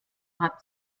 hat